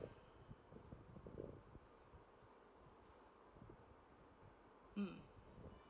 mm